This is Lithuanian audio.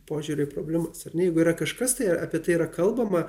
požiūriu į problemas ar ne jeigu yra kažkas tai apie tai yra kalbama